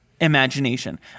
imagination